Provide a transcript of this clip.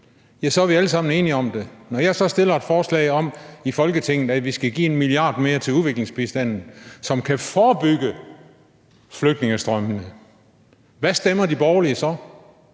ja, så er vi alle sammen enige om det. Når jeg så fremsætter et forslag i Folketinget om, at vi skal give 1 millard mere til udviklingsbistanden, som kan forebygge flygtningestrømmene, hvad stemmer de borgerlige så?